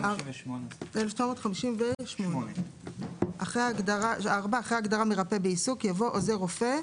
1958. (4) אחרי ההגדרה "מרפא בעיסוק" יבוא: "עוזר רופא"